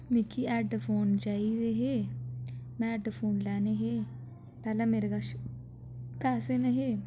मिकी हैडफोन चाहिदे हे में हैडफोन लैने हे पैह्ले मेरे कश पैसे निहे